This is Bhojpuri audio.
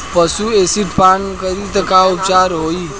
पशु एसिड पान करी त का उपचार होई?